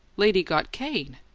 lady got cane!